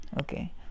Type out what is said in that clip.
okay